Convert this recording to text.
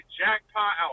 jackpot